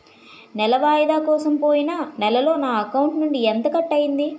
నెల వాయిదా కోసం పోయిన నెలలో నా అకౌంట్ నుండి ఎంత కట్ అయ్యింది?